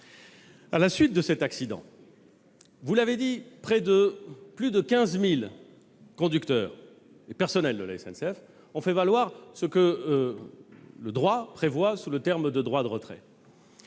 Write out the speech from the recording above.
À la suite de cet accident, plus de 15 000 conducteurs et personnels de la SNCF ont fait valoir ce que le droit prévoit sous le nom de droit de retrait.